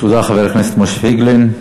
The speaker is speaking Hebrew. תודה, חבר הכנסת משה פייגלין.